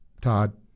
Todd